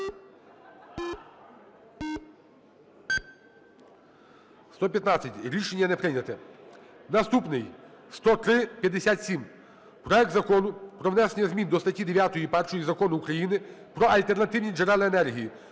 За-215 Рішення не прийнято. Наступний. 10357: проект Закону про внесення змін до статті 9-1 Закону України "Про альтернативні джерела енергії"